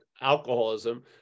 alcoholism